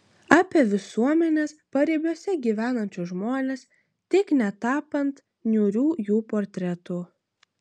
apie visuomenės paribiuose gyvenančius žmones tik netapant niūrių jų portretų